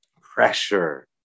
pressure